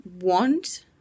want